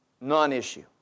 Non-issue